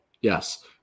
Yes